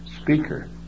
speaker